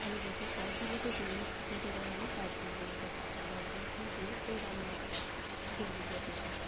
আমি যেতে চাই দিল্লি তো গিয়েইছি কিন্তু এবার আমি দার্জিলিং যেতে চাই দার্জিলিং গিয়ে ফের আমি আবার দিল্লি যেতে চাই